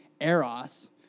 eros